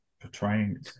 portraying